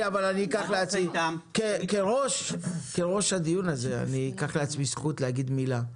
אבל כראש הדיון הזה אקח לעצמי זכות להגיד מילה.